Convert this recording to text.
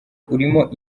urimo